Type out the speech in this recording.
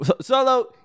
Solo